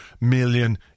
million